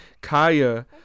Kaya